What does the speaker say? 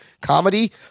comedy